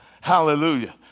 hallelujah